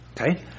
Okay